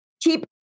keep